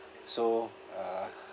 so uh